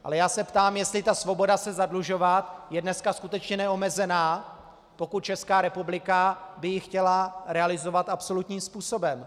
Ale já se ptám, jestli svoboda se zadlužovat je dneska skutečně neomezená, pokud by ji Česká republika chtěla realizovat absolutním způsobem.